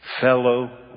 fellow